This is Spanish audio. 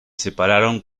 separaron